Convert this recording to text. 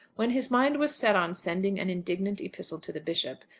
when his mind was set on sending an indignant epistle to the bishop,